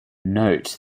note